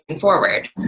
forward